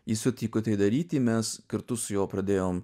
jis sutiko tai daryti mes kartu su juo pradėjom